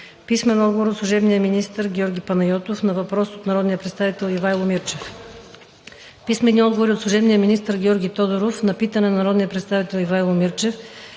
Младен Маринов; - служебния министър Георги Панайотов на въпрос от народния представител Ивайло Мирчев; - служебния министър Георги Тодоров на питане на народния представител Ивайло Мирчев;